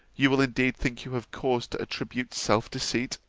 you will indeed think you have cause to attribute self-deceit,